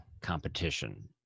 competition